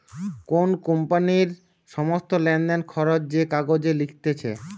কোন কোম্পানির সমস্ত লেনদেন, খরচ যে কাগজে লিখতিছে